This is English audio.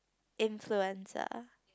influenza